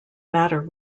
matter